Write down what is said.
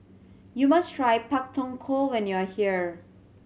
you must try Pak Thong Ko when you are here